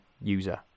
user